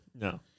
No